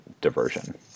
diversion